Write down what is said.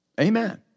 Amen